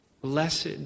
Blessed